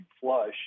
flush